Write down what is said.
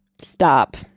stop